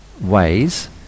ways